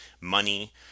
money